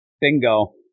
Bingo